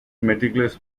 meticulous